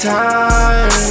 time